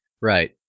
Right